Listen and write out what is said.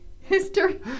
History